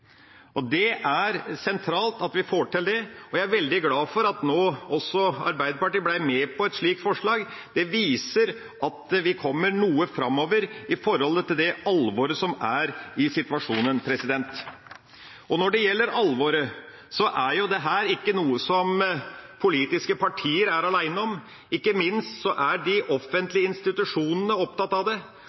Det er sentralt at vi får til det, og jeg er veldig glad for at også Arbeiderpartiet nå ble med på et slikt forslag. Det viser at vi kommer noe framover med tanke på alvoret som er i situasjonen. Når det gjelder alvoret: Dette er noe som politiske partier ikke er alene om. Ikke minst er de offentlige institusjonene opptatt av det,